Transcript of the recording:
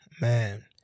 man